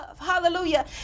Hallelujah